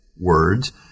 words